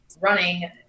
running